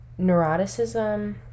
neuroticism